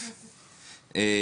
לא,